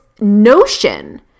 notion